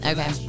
Okay